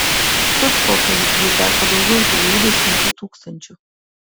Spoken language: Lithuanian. štuthofui jų teko daugiau trijų dešimčių tūkstančių